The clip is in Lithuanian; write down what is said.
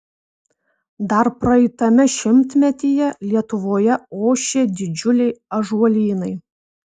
dar praeitame šimtmetyje lietuvoje ošė didžiuliai ąžuolynai